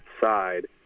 side